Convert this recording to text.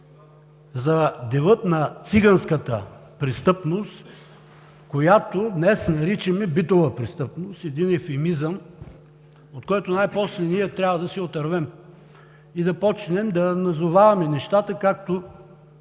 за дела на циганската престъпност, която днес наричаме „битова престъпност“ – евфемизъм, от който най-после ние трябва да се отървем и да започнем да назоваваме нещата, както